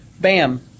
Bam